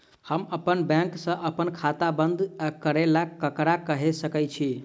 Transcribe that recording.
हम अप्पन बैंक सऽ अप्पन खाता बंद करै ला ककरा केह सकाई छी?